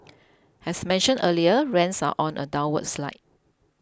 as mentioned earlier rents are on a downward slide